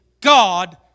God